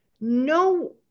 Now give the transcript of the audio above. no